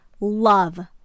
Love